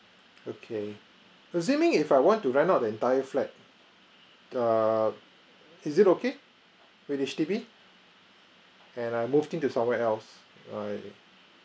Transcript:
okay assuming if I want to rent out the entire flat the is it okay with H_D_B and I move in to somewhere else I